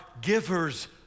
givers